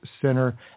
Center